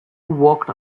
walked